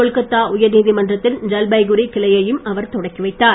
கொல்கொத்தா உயர் நீதிமன்றத்தின் ஜல்பைகுரி கிளையையும் அவர் தொடக்கிவைத்தார்